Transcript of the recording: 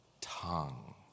tongue